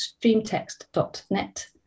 streamtext.net